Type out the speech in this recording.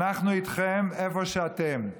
אנחנו איתכם איפה שאתם.